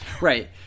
Right